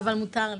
אבל מותר לי.